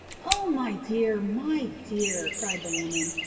oh, my dear, my dear! cried the woman.